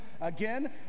again